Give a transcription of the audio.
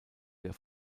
der